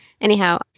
anyhow